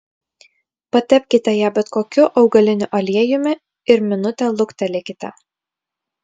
patepkite ją bet kokiu augaliniu aliejumi ir minutę luktelėkite